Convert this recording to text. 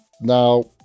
now